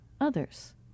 others